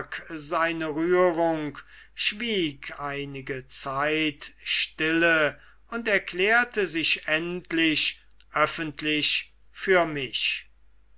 seine rührung schwieg einige zeit stille und erklärte sich endlich öffentlich für mich